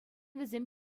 вӗсем